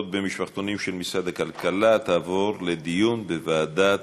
במשפחתונים של משרד הכלכלה תעבור לדיון בוועדה